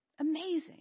Amazing